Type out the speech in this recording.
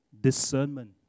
discernment